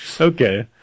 Okay